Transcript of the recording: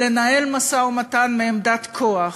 לנהל משא-ומתן מעמדת כוח.